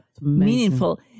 meaningful